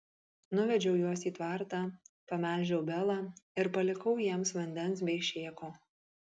nuvedžiau juos į tvartą pamelžiau belą ir palikau jiems vandens bei šėko